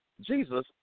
Jesus